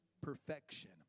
perfection